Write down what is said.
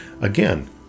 again